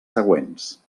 següents